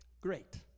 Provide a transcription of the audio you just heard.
Great